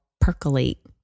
Percolate